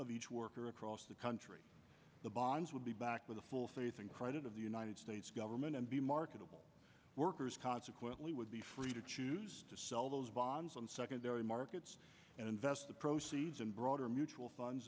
of each worker across the country the bonds would be back with the full faith and credit of the united states government and be marketable workers consequently would be free to choose to sell those bonds on the secondary markets and invest the proceeds in broader mutual funds